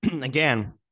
again